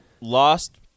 lost